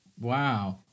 wow